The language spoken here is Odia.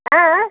ଆଁ ଆଁ